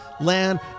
Land